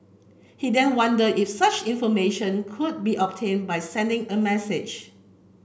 he then wonder if such information could be obtain by sending a message